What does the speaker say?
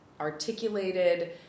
articulated